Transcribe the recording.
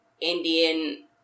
indian